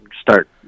start